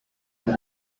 dore